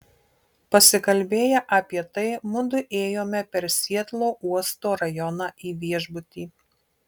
pasikalbėję apie tai mudu ėjome per sietlo uosto rajoną į viešbutį